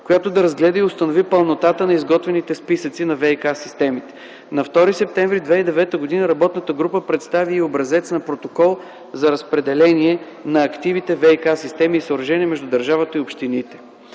която да разгледа и установи пълнотата на изготвените списъци на ВиК-системите. На 2 септември 2009 г. работната група представи образец на протокол за разпределение на активите ВиК-системи и съоръжения между държавата и общините.